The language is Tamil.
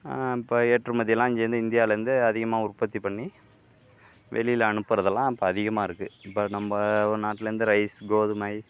இப்போ ஏற்றுமதி எல்லாம் சேர்ந்து இந்தியாவில் இருந்து அதிகமாக உற்பத்தி பண்ணி வெளியில் அனுப்புறதெல்லாம் இப்போ அதிகமாக இருக்கு இப்போ நம்ம நாட்டில் இருந்து ரைஸ் கோதுமை